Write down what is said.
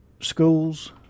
schools